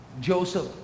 Joseph